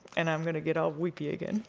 and i'm gonna get all weepy again.